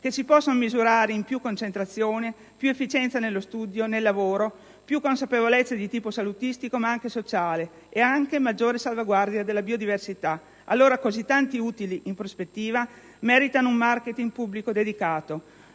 che si possono misurare in più concentrazione, più efficienza nello studio, nel lavoro, più consapevolezza di tipo salutistico ma anche sociale, e anche maggiore salvaguardia della biodiversità. Allora così tanti utili in prospettiva meritano un *marketing* pubblico delicato.